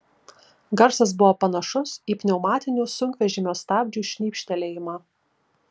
garsas buvo panašus į pneumatinių sunkvežimio stabdžių šnypštelėjimą